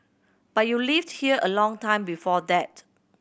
but you lived here a long time before that